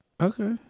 Okay